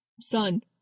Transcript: Son